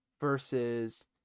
versus